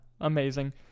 amazing